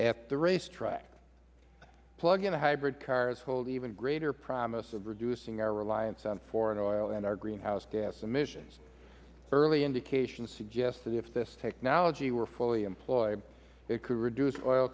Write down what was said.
at the racetrack plug in hybrid cars hold even greater promise of reducing our reliance on foreign oil and greenhouse gas emissions early indications suggest that if this technology were fully employed it could reduce oil